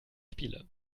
spiele